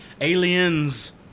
Aliens